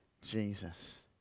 Jesus